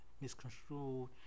misconstrued